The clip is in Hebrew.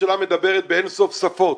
הממשלה מדברת באין-סוף שפות,